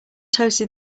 toasted